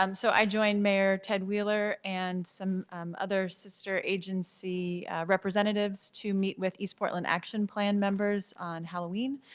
um so i join mayor ted wheeler and some other sister agency representatives to meet with east portland action plan members on halloween.